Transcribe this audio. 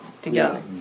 together